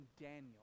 Daniel